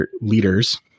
leaders